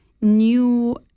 new